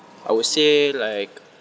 I would say like